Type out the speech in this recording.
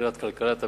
מבחינת כלכלת המדינה,